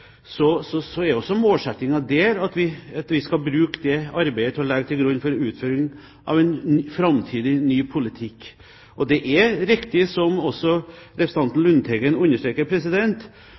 er også målsettingen der at vi skal bruke det arbeidet til å legge grunnlaget for utføring av en framtidig, ny politikk. Det er riktig, som også representanten Lundteigen understreker,